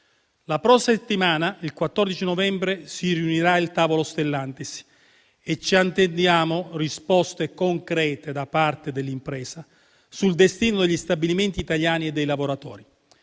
La prossima settimana, il 14 novembre, si riunirà il tavolo Stellantis e ci attendiamo risposte concrete da parte dell'impresa sul destino degli stabilimenti italiani e dei lavoratori.